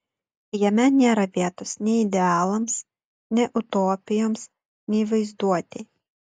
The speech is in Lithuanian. jame nėra vietos nei idealams nei utopijoms nei vaizduotei